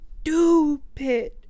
stupid